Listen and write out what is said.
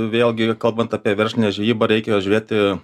vėlgi kalbant apie verslinę žvejybą reikia žiūrėti